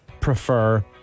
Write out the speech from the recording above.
prefer